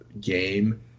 game